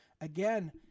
Again